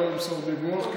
לא אמסור דיווח.